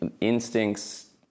instincts